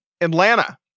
Atlanta